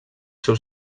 seus